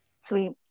Sweet